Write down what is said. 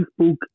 Facebook